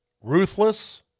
ruthless